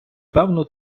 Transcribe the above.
певну